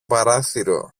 παράθυρο